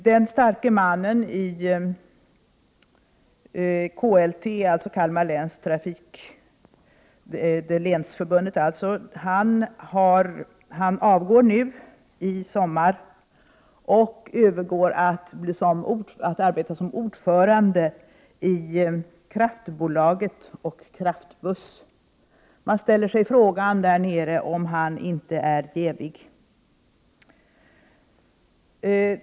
Den starke mannen i KLT — länsförbundet — avgår i sommar och övergår till att arbeta som ordförande i kraftbolaget och Kraftbuss. Man ställer sig där nere frågan om han inte är jävig.